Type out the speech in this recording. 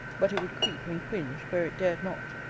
but it would creep and cringe where it dared not.